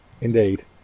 Indeed